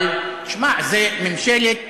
אבל שמע, זו ממשלת